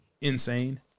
insane